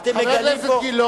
אתם מגלים פה,